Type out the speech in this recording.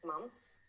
months